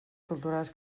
culturals